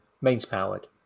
Mains-powered